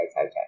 okay